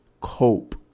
cope